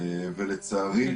לצערי,